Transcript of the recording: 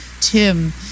Tim